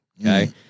Okay